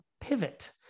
pivot